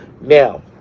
now